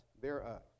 thereof